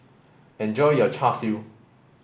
enjoy your Char Siu